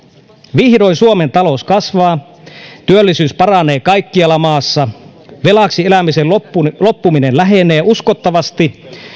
vihdoin suomen talous kasvaa työllisyys paranee kaikkialla maassa velaksi elämisen loppuminen loppuminen lähenee uskottavasti